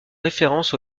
référence